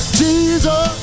jesus